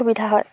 সুবিধা হয়